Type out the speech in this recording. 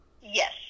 Yes